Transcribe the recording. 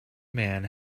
man